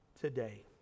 today